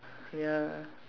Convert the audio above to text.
ya